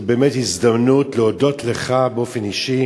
זאת באמת הזדמנות להודות לך באופן אישי